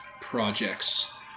projects